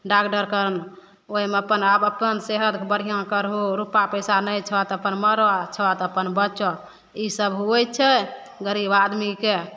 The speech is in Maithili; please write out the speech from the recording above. डाकटरके ओहिमे अपन आब अपन सेहत बढ़िआँ करहो रुपा पइसा नहि छऽ तऽ अपन मरऽ छऽ तऽ अपन बचऽ ईसब हुए छै गरीब आदमीके